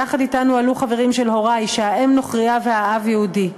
יחד אתנו עלו חברים של הורי שהאם נוכרייה והאב יהודי.